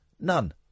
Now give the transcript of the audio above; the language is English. None